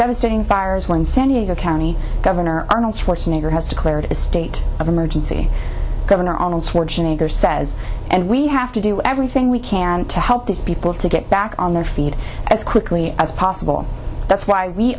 devastating fires were in san diego county governor arnold schwarzenegger has declared a state of emergency governor arnold schwarzenegger says and we have to do everything we can to help these people to get back on their feet as quickly as possible that's why we